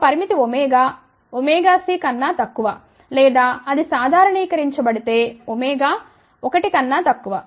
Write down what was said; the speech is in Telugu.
ఒక పరిమితి c కన్నా తక్కువ లేదా అది సాధారణీకరించబడితే 1 కన్నా తక్కువ